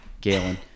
Galen